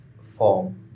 form